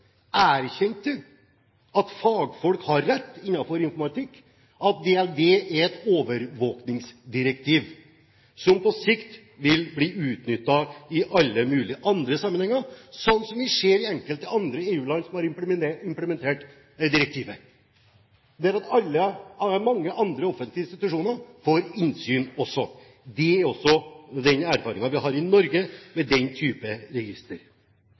erkjente at fagfolk innenfor informatikk har rett i at datalagringsdirektivet er et overvåkingsdirektiv som på sikt vil bli utnyttet i alle mulige andre sammenhenger, slik som vi ser i enkelte andre EU-land som har implementert direktivet, der mange andre offentlige institusjoner også får innsyn. Det er også den erfaringen vi har i Norge med den type register.